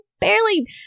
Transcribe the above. barely